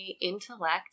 intellect